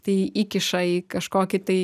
tai įkiša į kažkokį tai